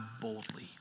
boldly